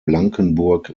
blankenburg